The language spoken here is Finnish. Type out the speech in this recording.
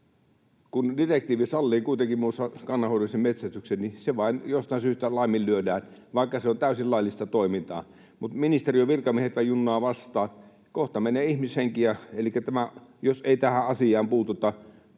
Kun direktiivi sallii kuitenkin kannanhoidollisen metsästyksen, se vain jostain syystä laiminlyödään — vaikka se on täysin laillista toimintaa. Ministeriön virkamiehethän junnaavat vastaan. Kohta menee ihmishenkiä, jos ei tähän asiaan puututa.